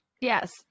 Yes